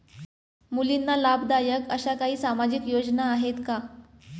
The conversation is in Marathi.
मुलींना लाभदायक अशा काही सामाजिक योजना आहेत का?